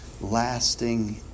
lasting